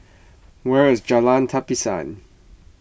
where is Jalan Tapisan